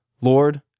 Lord